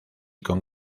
con